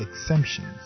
exemptions